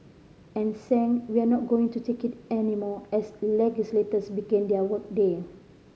and sang We're not going to take it anymore as legislators began their work day